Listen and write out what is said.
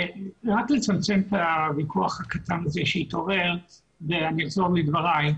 רק לצמצם את הוויכוח הקטן הזה שהתעורר ואני אחזור לדברי.